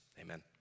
Amen